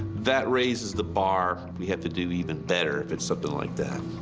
that raises the bar. we have to do even better if it's something like that.